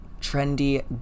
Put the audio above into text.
trendy